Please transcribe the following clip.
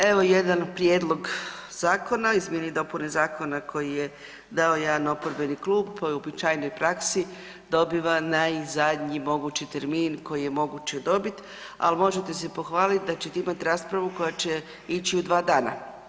Evo jedan prijedlog zakona, izmjene i dopune zakona koji je dao jedan oporbeni klub, po uobičajenoj praksi dobiva najzadnji mogući termin koji je moguće dobiti, ali možete se pohvaliti da ćete imati raspravu koja će ići u 2 dana.